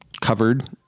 covered